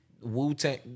Wu-Tang